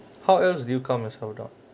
how else do you count as sold out